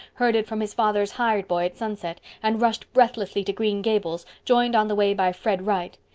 heard it from his father's hired boy at sunset, and rushed breathlessly to green gables, joined on the way by fred wright.